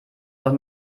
doch